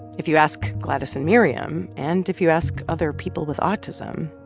if you ask gladys and miriam, and if you ask other people with autism,